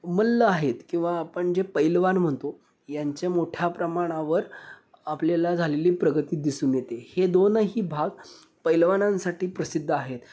मल्ल आहेत किंवा आपण जे पैलवान म्हणतो यांच्या मोठ्या प्रमाणावर आपल्याला झालेली प्रगती दिसून येते हे दोनही भाग पैलवानांसाठी प्रसिद्ध आहेत